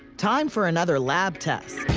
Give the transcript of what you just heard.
time for another lab test.